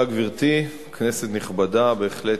גברתי, תודה, כנסת נכבדה, בהחלט,